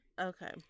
okay